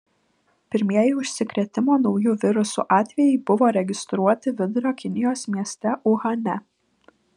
pirmieji užsikrėtimo nauju virusu atvejai buvo registruoti vidurio kinijos mieste uhane